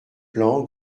plan